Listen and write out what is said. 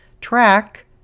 track